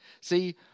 See